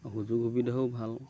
সুযোগ সুবিধাও ভাল